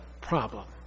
problem